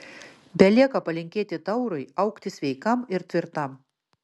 belieka palinkėti taurui augti sveikam ir tvirtam